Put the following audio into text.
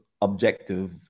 objective